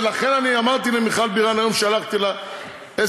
לכן אני אמרתי למיכל בירן, היום שלחתי לה סמ"ס,